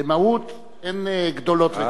במהות אין גדולות וקטנות.